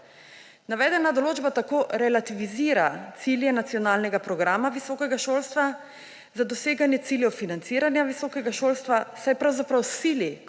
Navedena določba tako relativizira cilje Nacionalnega programa visokega šolstva za doseganje ciljev financiranja visokega šolstva, saj pravzaprav sili